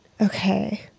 Okay